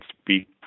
speak